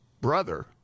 brother